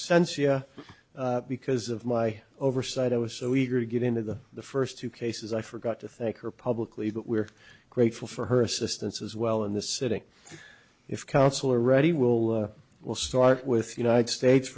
sense yeah because of my oversight i was so eager to get into the the first two cases i forgot to thank her publicly but we're grateful for her assistance as well in the sitting if counsel are ready will will start with united states